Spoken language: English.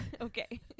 Okay